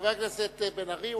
חבר הכנסת בן-ארי,